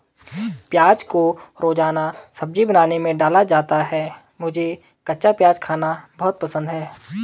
प्याज को रोजाना सब्जी बनाने में डाला जाता है मुझे कच्चा प्याज खाना बहुत पसंद है